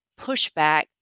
pushback